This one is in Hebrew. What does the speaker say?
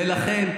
ולכן,